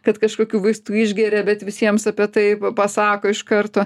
kad kažkokių vaistų išgeria bet visiems apie tai pasako iš karto